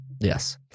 Yes